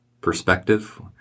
perspective